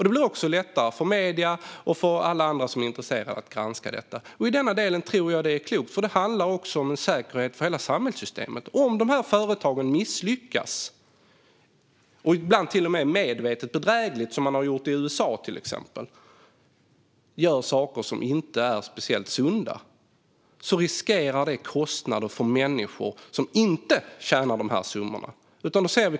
Det blir också lättare för medierna och alla andra intresserade att granska det. Jag tror att det är klokt. Det handlar också om en säkerhet för hela samhällssystemet. Om de här företagen misslyckas, om de ibland till och med medvetet och bedrägligt gör saker som inte är speciellt sunda, som man har gjort i till exempel USA, riskerar det att leda till kostnader för människor som inte tjänar de stora summorna.